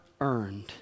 earned